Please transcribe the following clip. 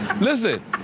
Listen